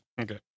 okay